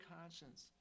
conscience